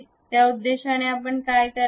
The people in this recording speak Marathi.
त्या उद्देशाने आपण काय करावे